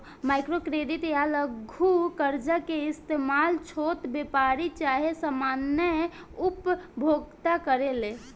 micro credit या लघु कर्जा के इस्तमाल छोट व्यापारी चाहे सामान्य उपभोक्ता करेले